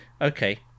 okay